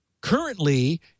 currently